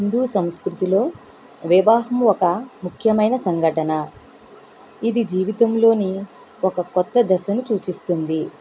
హిందు సంస్కృతిలో వివాహము ఒక ముఖ్యమైన సంఘటన ఇది జీవితంలో ఒక కొత్త దశను సూచిస్తుంది